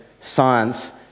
science